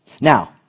Now